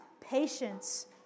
patience